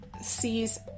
sees